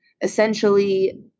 Essentially